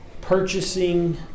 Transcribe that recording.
purchasing